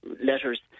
letters